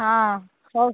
ହଁ ହଉ